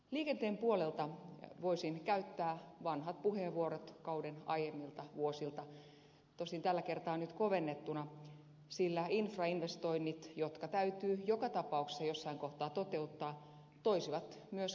liikenteen puolelta voisin käyttää vanhat puheenvuorot kauden aiemmilta vuosilta tosin tällä kertaa nyt kovennettuna sillä infrainvestoinnit jotka täytyy joka tapauksessa jossain kohtaa toteuttaa toisivat myös kaivattuja työpaikkoja